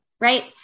right